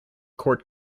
court